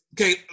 Okay